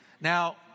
now